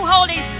Holy